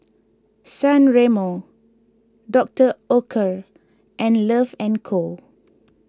San Remo Doctor Oetker and Love and Co